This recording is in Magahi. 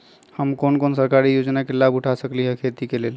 हम कोन कोन सरकारी योजना के लाभ उठा सकली ह खेती के लेल?